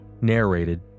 Narrated